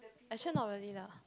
actually not really lah